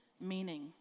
meaning